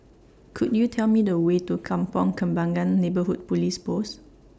Could YOU Tell Me The Way to Kampong Kembangan Neighbourhood Police Post